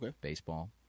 baseball